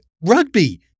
rugby